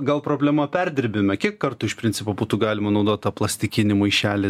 gal problema perdirbime kiek kartų iš principo būtų galima naudot tą plastikinį maišelį